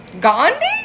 Gandhi